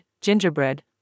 gingerbread